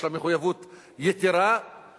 יש לה מחויבות יתירה,